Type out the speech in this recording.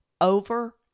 over